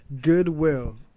goodwill